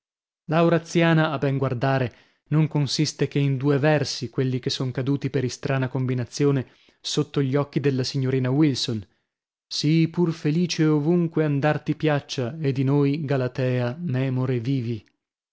oraziana a ben guardare non consiste che in due versi quelli che son caduti per istrana combinazione sotto gli occhi della signorina wilson sii pur felice ovunque andar ti piaccia e di noi galatea memore vivi